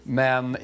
men